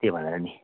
त्यो भनेर नि